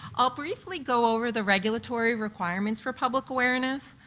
i'll briefly go over the regulatory requirements for public awareness,